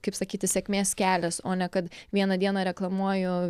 kaip sakyti sėkmės kelias o ne kad vieną dieną reklamuoju